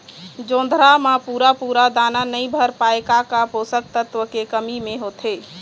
जोंधरा म पूरा पूरा दाना नई भर पाए का का पोषक तत्व के कमी मे होथे?